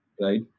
Right